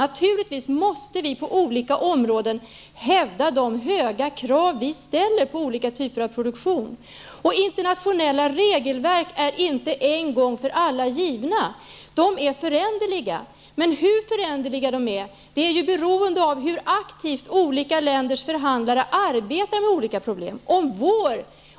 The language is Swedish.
Vi måste naturligtvis på olika områden hävda de höga krav vi ställer på olika typer av produktion. Internationella regelverk är inte en gång för alla givna. De är föränderliga, men i vilken grad de kan förändras är beroende av hur aktivt olika länders förhandlare arbetar med olika problem.